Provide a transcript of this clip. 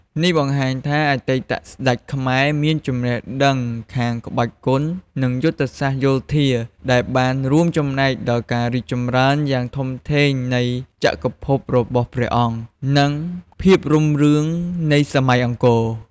នេះបង្ហាញថាអតីតស្តេចខ្មែរមានចំណេះដឹងខាងក្បាច់គុន និងយុទ្ធសាស្ត្រយោធា ដែលបានរួមចំណែកដល់ការរីកចម្រើនយ៉ាងធំធេងនៃចក្រភពរបស់ព្រះអង្គ និងភាពរុងរឿងនៃសម័យអង្គរ។